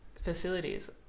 facilities